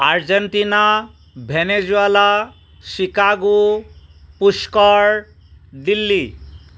Argentina Venezuela Chicago Pushkar Delhi